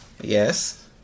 yes